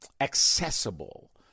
accessible